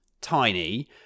tiny